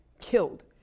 killed